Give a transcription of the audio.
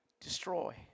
destroy